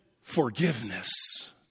forgiveness